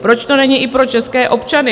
Proč to není i pro české občany?